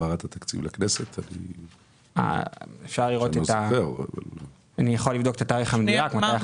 אני יכול לבדוק את התאריך המדויק.